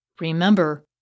Remember